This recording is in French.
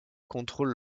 contrôlent